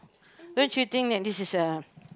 don't you think that this is a